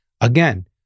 again